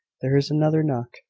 there is another knock.